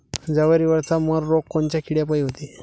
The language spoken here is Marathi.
जवारीवरचा मर रोग कोनच्या किड्यापायी होते?